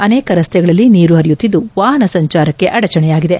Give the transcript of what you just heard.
ಅನೇಕ ರಸ್ತೆಗಳಲ್ಲಿ ನೀರು ಹರಿಯುತ್ತಿದ್ದು ವಾಹನ ಸಂಚಾರಕ್ಕೆ ಅಡಚಣೆಯಾಗಿದೆ